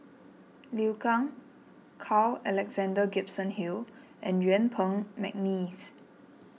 Liu Kang Carl Alexander Gibson Hill and Yuen Peng McNeice